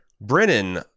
Brennan